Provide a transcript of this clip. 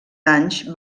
anys